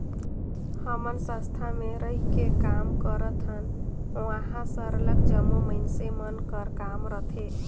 हमन संस्था में रहिके काम करथन उहाँ सरलग जम्मो मइनसे मन कर काम रहथे